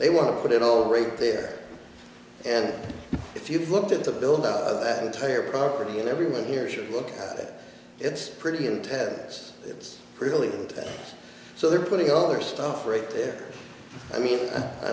they want to put it all right there and if you look at the build up of that entire property and everyone here should look at it it's pretty intense it's really so they're putting all their stuff right there i mean i